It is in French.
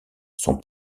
son